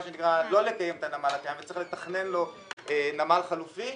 שנקרא לא לקיים את הנמל הזה וצריך לתכנן לו נמל חלופי,